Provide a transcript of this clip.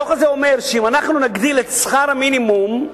הדוח אומר שאם אנחנו נגדיל את שכר המינימום,